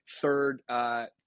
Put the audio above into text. third